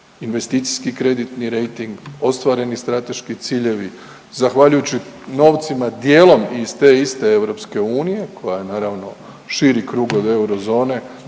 investicijski kreditni rejting, ostvareni strateški ciljevi zahvaljujući novcima dijelom iz te iste EU koja je naravno širi krug od eurozone,